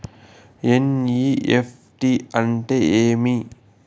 NEFT అంటే ఏమి